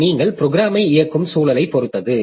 இது நீங்கள் ப்ரோக்ராம்ஐ இயக்கும் சூழலைப் பொறுத்தது